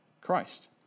Christ